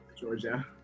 Georgia